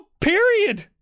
Period